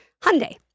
Hyundai